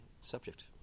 subject